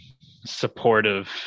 supportive